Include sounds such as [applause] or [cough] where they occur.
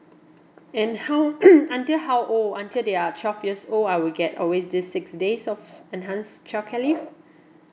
and how [coughs] until how old until they are twelve years old I will get always this six days of enhance childcare leave